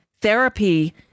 therapy